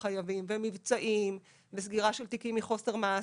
חייבים ומבצעים וסגירה של תיקים מחוסר מעש,